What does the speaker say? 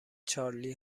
چارلی